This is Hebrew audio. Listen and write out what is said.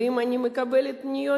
ואם אני מקבלת פניות,